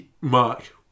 Mark